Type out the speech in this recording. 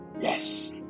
Yes